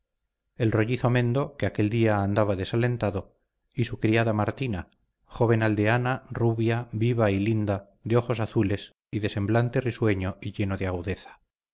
el rollizo mendo que aquel día andaba desalentado y su criada martina joven aldeana rubia viva y linda de ojos azules y de semblante risueño y lleno de agudeza